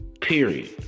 Period